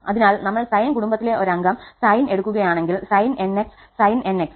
അതിനാൽ നമ്മൾ സൈൻ കുടുംബത്തിലെ ഒരംഗം sin എടുക്കുകയാണെങ്കിൽ sin 𝑛𝑥 sin 𝑛𝑥